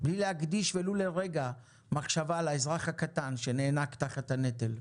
בלי להקדיש ולו לרגע מחשבה על האזרח הקטן שנאנק תחת הנטל.